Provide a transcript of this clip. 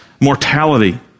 mortality